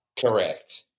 Correct